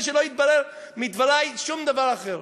ושלא יתברר מדברי שום דבר אחר.